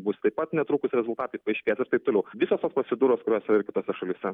bus taip pat netrukus rezultatai paaiškės ir taip toliau visos tos procedūros kurios yra ir kitose šalyse